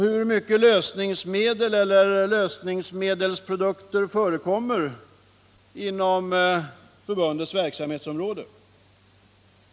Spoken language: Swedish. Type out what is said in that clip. Hur många typer av lösningsmedel förekommer inom förbundets verksamhetsområde?